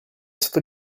stato